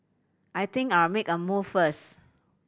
I think I'll make a move first